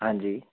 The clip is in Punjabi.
ਹਾਂਜੀ